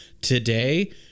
today